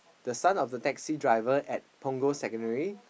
the son of the taxi driver at Punggol secondary